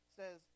says